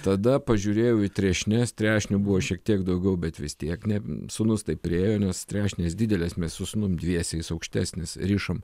tada pažiūrėjau į trešnes trešnių buvo šiek tiek daugiau bet vis tiek ne sūnus taip priėjo nes trešnės didelės mes su sūnum dviese jis aukštesnis rišam